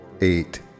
eight